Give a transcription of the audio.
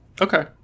Okay